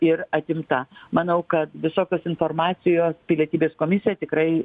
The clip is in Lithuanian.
ir atimta manau kad visokios informacijos pilietybės komisija tikrai